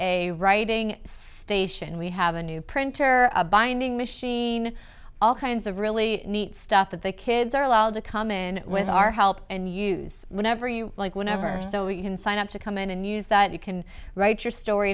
a writing station we have a new printer a binding machine all kinds of really neat stuff that the kids are allowed to come in with our help and use whenever you like whenever so you can sign up to come in and use that you can write your story